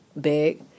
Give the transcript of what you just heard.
big